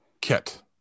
kit